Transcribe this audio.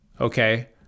okay